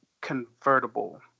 Convertible